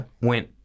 went